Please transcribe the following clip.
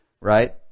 right